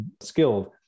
skilled